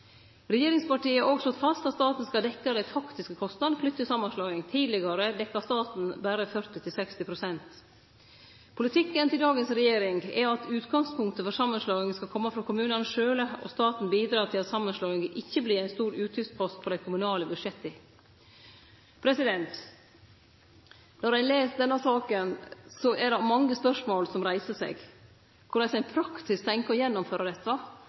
Regjeringspartia har òg slått fast at staten skal dekkje dei faktiske kostnadene knytte til samanslåing. Tidlegare dekte staten berre 40–60 pst. Politikken til dagens regjering er at utgangspunktet for samanslåing skal kome frå kommunane sjølve, og at staten skal bidra til at samanslåinga ikkje vert ein stor utgiftspost på dei kommunale budsjetta. Når ein les denne saka, er det mange spørsmål som vert reiste, t.d. korleis ein praktisk tenkjer å gjennomføre dette,